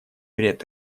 вред